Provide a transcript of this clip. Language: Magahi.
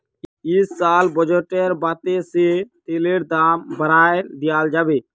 इस साल बजटेर बादे से तेलेर दाम बढ़ाय दियाल जाबे